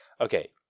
Okay